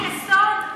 אבל חוק-יסוד?